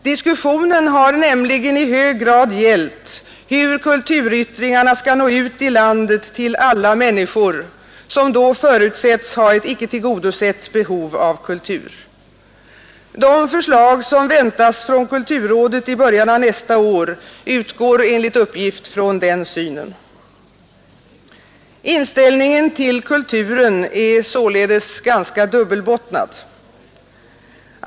Diskussionen har nämligen i hög grad gällt hur kulturyttringarna skall nå ut i landet till alla människor, som då förutsätts ha ett icke tillgodosett behov av kultur. De förslag som väntas från kulturrådet i början av nästa år utgår enligt uppgift från denna syn. Inställningen till kulturen är således ganska dubbelbottnad.